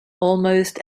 almost